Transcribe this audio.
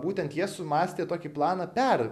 būtent jie sumąstė tokį planą per